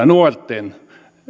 nuorten tulevaisuudesta